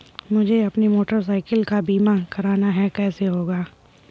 मुझे अपनी motorcycle का बीमा करना है कैसे होगा?